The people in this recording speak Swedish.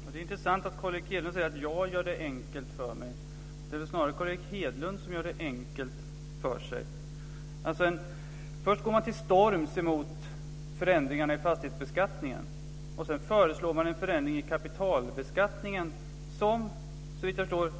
Fru talman! Det är intressant att Carl Erik Hedlund säger att jag gör det enkelt för mig. Det är väl snarare Carl Erik Hedlund som gör det enkelt för sig. Först går man till storms mot förändringarna i fastighetsbeskattningen, och sedan föreslår man en förändring i kapitalbeskattningen som Carl Erik Hedlund såvitt jag förstår